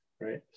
right